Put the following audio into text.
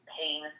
pain